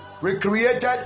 Recreated